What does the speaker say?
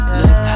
Look